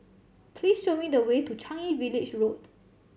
please show me the way to Changi Village Road